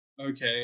okay